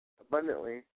abundantly